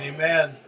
Amen